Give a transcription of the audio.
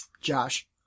Josh